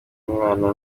umwana